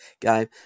game